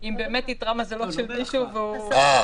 את תוקפה לתקופות נוספות שלא יעלו על 36 ימים כל אחת,